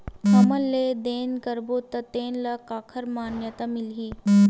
हमन लेन देन करबो त तेन ल काखर मान्यता मिलही?